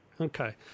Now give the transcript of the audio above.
okay